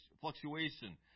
fluctuation